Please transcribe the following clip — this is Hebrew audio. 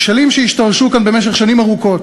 כשלים שהשתרשו כאן במשך שנים ארוכות,